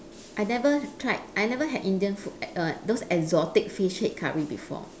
I never tried I never had indian food err those exotic fish head curry before